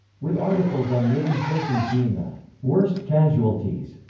with articles on living persons being the worst casualties.